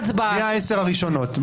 מי העשר הראשונות?